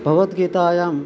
भवद्गीतायां